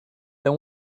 then